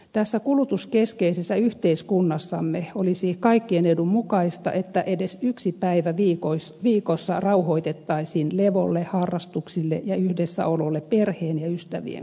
tässä kulutuskeskeisessä yhteiskunnassamme olisi kaikkien edun mukaista että edes yksi päivä viikossa rauhoitettaisiin levolle harrastuksille ja yhdessäololle perheen ja ystävien kanssa